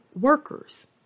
workers